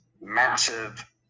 Massive